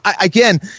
Again